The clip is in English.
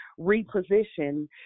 reposition